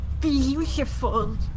beautiful